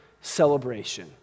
celebration